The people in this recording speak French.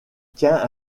tient